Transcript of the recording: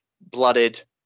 Blooded